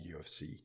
UFC